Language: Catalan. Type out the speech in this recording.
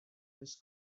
les